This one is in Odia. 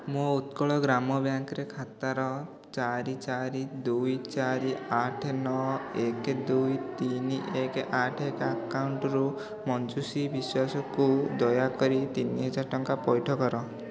ମୋ ଉତ୍କଳ ଗ୍ରାମ ବ୍ୟାଙ୍କ୍ରେ ଖାତାର ଚାରି ଚାରି ଦୁଇ ଚାରି ଆଠ ନଅ ଏକ ଦୁଇ ତିନି ଏକ ଆଠ ଏକ ଆକାଉଣ୍ଟରୁ ମଞ୍ଜୁଶ୍ରୀ ବିଶ୍ୱାସକୁ ଦୟାକରି ତିନିହଜାର ଟଙ୍କା ପଇଠ କର